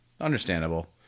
Understandable